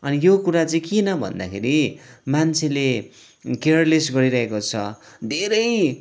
अनि यो कुरा चाहिँ किन भन्दाखेरि मान्छेले केयरलेस गरिरहेको छ धेरै